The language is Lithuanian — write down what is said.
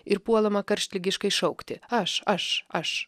ir puolama karštligiškai šaukti aš aš aš